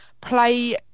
play